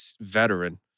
veteran